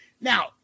Now